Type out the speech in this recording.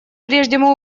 прежнему